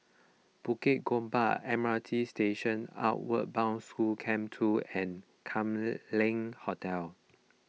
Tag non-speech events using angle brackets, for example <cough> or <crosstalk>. Bukit Gombak M R T Station Outward Bound School Camp two and Kam <unintelligible> Leng Hotel